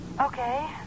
Okay